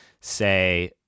say